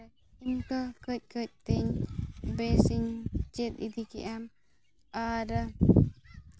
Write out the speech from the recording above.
ᱱᱤᱛᱚᱜ ᱠᱟᱹᱡ ᱠᱟᱹᱡ ᱛᱤᱧ ᱵᱮᱥ ᱤᱧ ᱪᱮᱫ ᱤᱫᱤ ᱠᱮᱫᱼᱟ ᱟᱨ